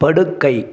படுக்கை